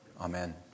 Amen